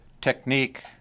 technique